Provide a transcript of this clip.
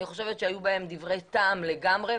אני חושבת שהיו בהם דברי טעם לגמרי,